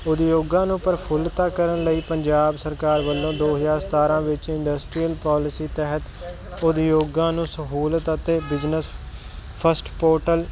ਉਦਯੋਗਾਂ ਨੂੰ ਪ੍ਰਫੁੱਲਤਾ ਕਰਨ ਲਈ ਪੰਜਾਬ ਸਰਕਾਰ ਵੱਲੋਂ ਦੋ ਹਜ਼ਾਰ ਸਤਾਰ੍ਹਾਂ ਵਿੱਚ ਇੰਡਸਟਰੀਅਲ ਪੋਲਿਸੀ ਤਹਿਤ ਉਦਯੋਗਾਂ ਨੂੰ ਸਹੂਲਤ ਅਤੇ ਬਿਜਨਸ ਫਸਟ ਪੋਰਟਲ